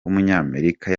w’umunyamerika